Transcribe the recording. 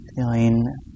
Feeling